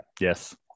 Yes